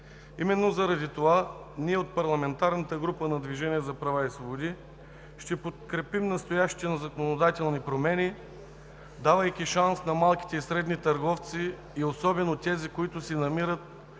Именно заради това ние от парламентарната група на „Движението за права и свободи“ ще подкрепим настоящите законодателни промени, давайки шанс на малките и средни търговци и особено на тези, които се намират